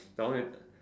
the one with the